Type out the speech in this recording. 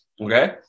Okay